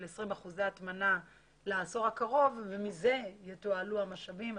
20 אחוזי הטמנה לעשור הקרוב ומזה יתועלו המשאבים.